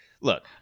look